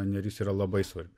neris yra labai svarbi